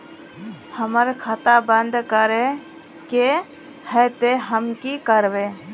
हमर खाता बंद करे के है ते हम की करबे?